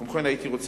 כמו כן, אדוני,